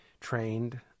trained